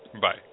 Bye